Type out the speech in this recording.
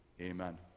Amen